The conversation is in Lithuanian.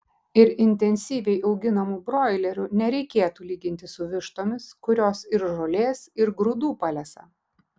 ir intensyviai auginamų broilerių nereikėtų lyginti su vištomis kurios ir žolės ir grūdų palesa